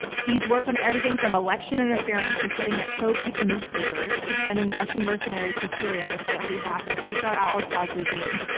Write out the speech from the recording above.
he's worked on everything from election and interference to setting up pro-putin newspapers, to setting up russian mercenaries to syria to fight on behalf of bashar al-assad's regime.